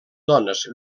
dones